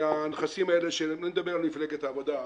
והנכסים האלה אני מדבר על מפלגת העבודה המקורית,